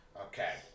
Okay